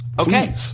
Okay